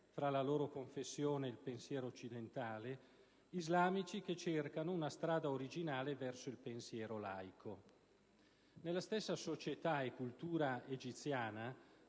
fra la loro confessione e il pensiero occidentale; islamici che cercano una strada originale verso il pensiero laico. Nella stessa società e cultura egiziana